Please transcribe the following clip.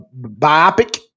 biopic